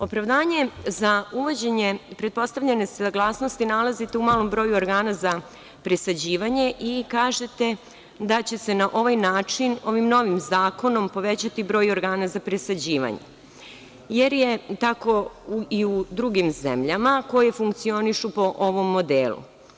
Opravdanje za uvođenje pretpostavljene saglasnosti nalazite u malom broju organa za presađivanje i kažete da će se na ovaj način ovim novim zakonom povećati broj organa za presađivanje, jer je tako i u drugim zemljama koje funkcionišu po ovom modelu.